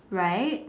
right